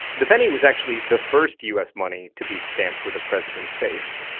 the penny was actually the first u s. money to be stamped with a president's face.